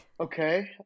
Okay